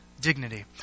dignity